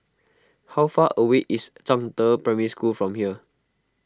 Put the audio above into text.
how far away is Zhangde Primary School from here